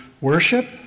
worship